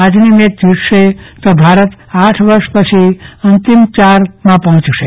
આજની મેચ જીતશે તો ભારત આઠ વર્ષ પછી અંતિમ ચારમાં પહોચશે